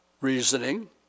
reasoning